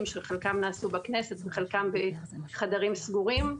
שחלקם נעשו בכנסת וחלקם בחדרים סגורים.